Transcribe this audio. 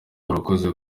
urakoze